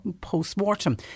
post-mortem